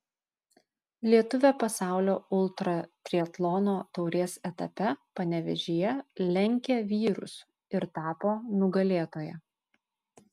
lietuvė pasaulio ultratriatlono taurės etape panevėžyje lenkė vyrus ir tapo nugalėtoja